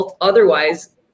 otherwise